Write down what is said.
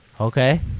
Okay